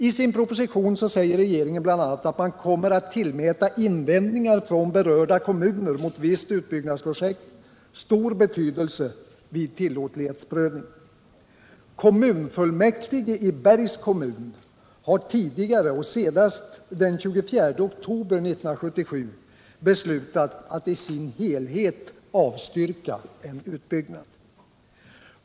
I sin proposition säger regeriingen bl.a. att man kommer att tillmäta invändningar från berörda kommuner mot ett visst utbyggnadsprojekt stor betydelse vid tillåtlighetsprövning. Kommunfullmäktige i Bergs kommun har tidigare och senast den 24 oktober 1977 beslutat att i sin helhet avstyrka en utbyggnad.